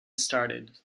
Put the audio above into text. started